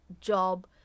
job